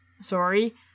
Sorry